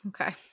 Okay